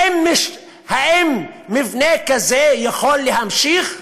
האם מבנה כזה יכול להימשך?